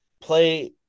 play